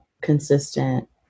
consistent